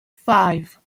five